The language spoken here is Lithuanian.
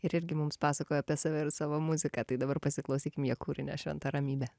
ir irgi mums pasakojo apie save ir savo muziką tai dabar pasiklausykim jo kūrinio šventa ramybė